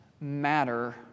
matter